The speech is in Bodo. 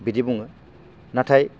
बिदि बुङो नाथाय